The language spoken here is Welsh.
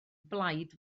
blaid